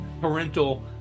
parental